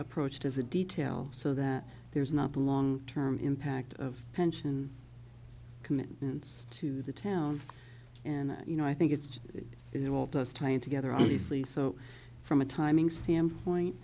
approached as a detail so that there's not the long term impact of pension commitments to the town and you know i think it's you know well does tying together obviously so from a timing standpoint